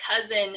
cousin